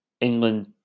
England